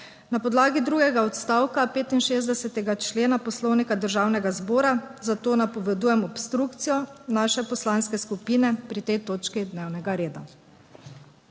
Na podlagi drugega odstavka 65. člena Poslovnika Državnega zbora zato napovedujem obstrukcijo naše poslanske skupine pri tej točki dnevnega reda.